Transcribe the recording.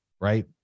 right